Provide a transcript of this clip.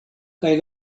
kaj